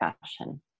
fashion